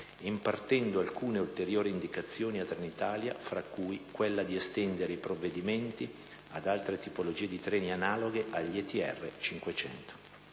impartendo alcune ulteriori indicazioni a Trenitalia, fra cui quella di estendere i provvedimenti ad altre tipologie di treni analoghe agli ETR 500.